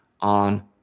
on